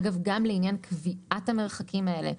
אגב גם לעניין קביעת המרחקים האלה,